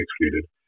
excluded